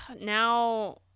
now